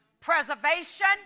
preservation